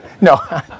No